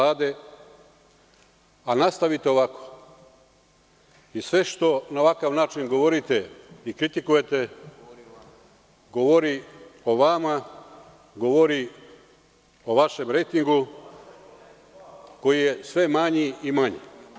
Nastavite ovako i sve što na ovakav način govorite i kritikujete, govori o vama, govori o vašem rejtingu koji je sve manji i manji.